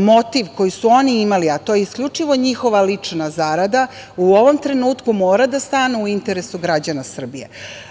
motiv koji su oni imali, a to je isključivo njihova lična zarada, u ovom trenutku mora da stanu u interesu građana